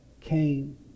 came